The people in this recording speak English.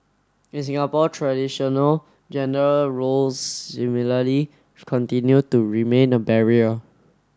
in Singapore traditional gender roles similarly continue to remain a barrier